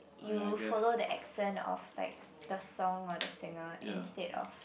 you follow the accent of like the song or the singer instead of